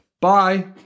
Bye